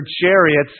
chariots